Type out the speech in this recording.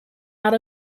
out